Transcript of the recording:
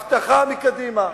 הבטחה מקדימה.